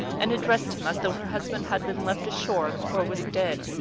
and addressed him as though her husband had been left ashore, or was dead.